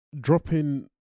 dropping